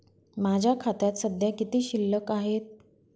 माझ्या खात्यात सध्या किती शिल्लक आहे?